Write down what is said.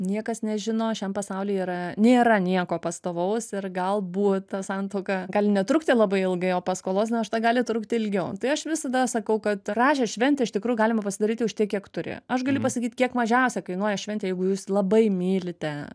niekas nežino šiam pasaulyje yra nėra nieko pastovaus ir galbūt ta santuoka gali ne trukti labai ilgai o paskolos našta gali trukti ilgiau tai aš visada sakau kad gražią šventę iš tikrųjų galima pasidaryti už tiek kiek turi aš galiu pasakyt kiek mažiausia kainuoja šventė jeigu jūs labai mylite